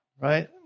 Right